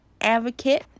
advocate